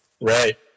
Right